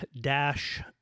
dash